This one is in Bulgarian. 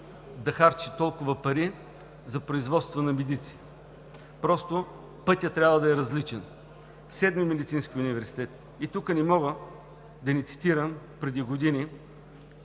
да харчи толкова пари за производство на медици. Просто пътят трябва да е различен. Седми медицински факултет! Тук не мога да не цитирам едно